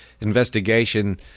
investigation